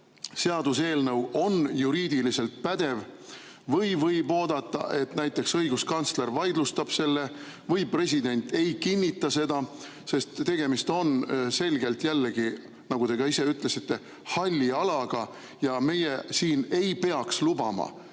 seaduseelnõu on juriidiliselt pädev? Kas võib oodata, et näiteks õiguskantsler vaidlustab selle või president ei kinnita seda? Sest tegemist on selgelt, jällegi, nagu te ka ise ütlesite, halli alaga. Meie siin ei peaks lubama